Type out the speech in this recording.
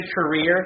career